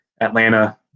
Atlanta